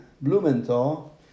blumenthal